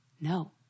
No